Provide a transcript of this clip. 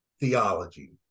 theology